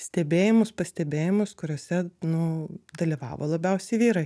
stebėjimus pastebėjimus kuriose nu dalyvavo labiausiai vyrai